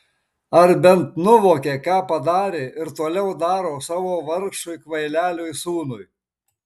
ar bent nuvokė ką padarė ir toliau daro savo vargšui kvaileliui sūnui